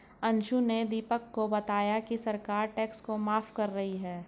अंशु ने दीपक को बताया कि सरकार टैक्स को माफ कर रही है